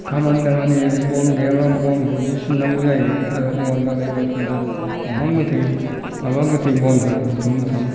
खामानि दामानियानो बन गैयाब्ला बनखौथ' सिननांगौ जायो आरो औवा दालाय बायदिसिना दंफां गोथै माबा गोथै बनफोर बुथुम बुथाम